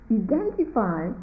identify